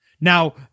Now